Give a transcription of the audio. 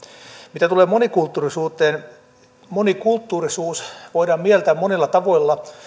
mitä tulee monikulttuurisuuteen niin monikulttuurisuus voidaan mieltää monilla tavoilla